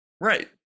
right